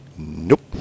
Nope